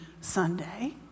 Sunday